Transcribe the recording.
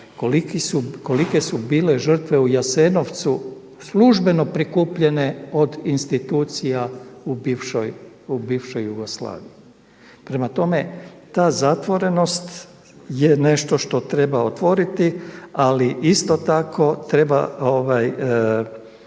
kolike su bile žrtve u Jasenovcu službeno prikupljene od institucija u bivšoj Jugoslaviji. Prema tome, ta zatvorenost je nešto što treba otvoriti, ali isto tako treba voditi